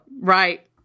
right